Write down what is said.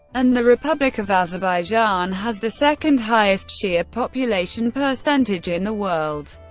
and the republic of azerbaijan has the second highest shia population percentage in the world.